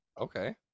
Okay